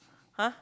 !huh!